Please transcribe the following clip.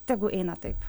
tegu eina taip